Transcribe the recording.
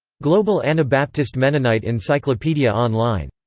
global anabaptist mennonite encyclopedia online.